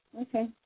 Okay